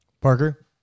Parker